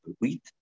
wheat